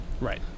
right